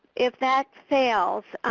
if that fails,